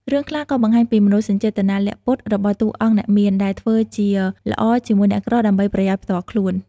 រឿងខ្លះក៏បង្ហាញពី មនោសញ្ចេតនាលាក់ពុត របស់តួអង្គអ្នកមាន ដែលធ្វើជាល្អជាមួយអ្នកក្រដើម្បីប្រយោជន៍ផ្ទាល់ខ្លួន។